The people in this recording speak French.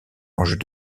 enjeux